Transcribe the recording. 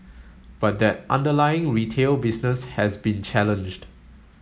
but that underlying retail business has been challenged